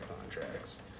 contracts